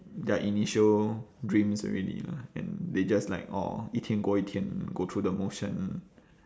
their initial dreams already lah and they just like orh 一天过一天 go through the motion